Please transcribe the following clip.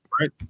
Right